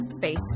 face